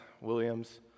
Williams